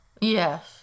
Yes